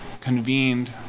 convened